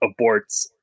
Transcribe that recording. aborts